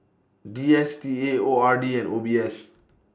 D S T A O R D and O B S